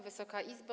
Wysoka Izbo!